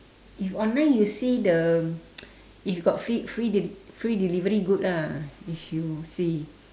if online you see the if got free free deli~ free delivery good lah if you see